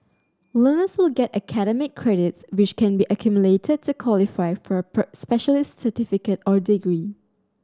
learners will get academic credits which can be accumulated to qualify for a per specialist certificate or degree